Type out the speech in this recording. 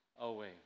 away